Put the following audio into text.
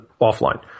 offline